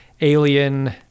alien